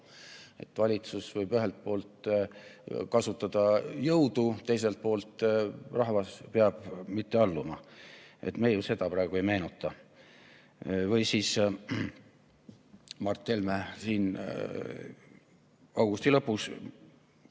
Valitsus võib ühelt poolt kasutada jõudu, teiselt poolt rahvas ei pea alluma. Me ju seda praegu ei meenuta. Või siis Mart Helme augusti lõpus: